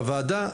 הוועדה,